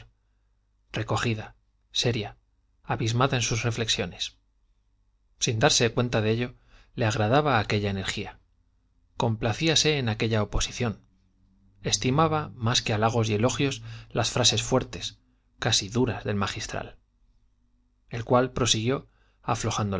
recogida seria abismada en sus reflexiones sin darse cuenta de ello le agradaba aquella energía complacíase en aquella oposición estimaba más que halagos y elogios las frases fuertes casi duras del magistral el cual prosiguió aflojando